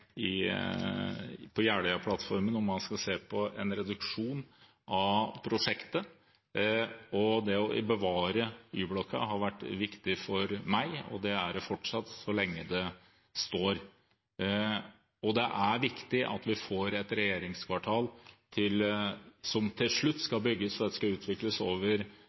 om man skal se på en reduksjon av prosjektet. Det å bevare Y-blokka har vært viktig for meg, og det er det fortsatt så lenge den står. Det er viktig at vi til slutt får et regjeringskvartal som skal bygges – det skal utvikles over